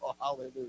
hallelujah